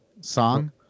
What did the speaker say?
song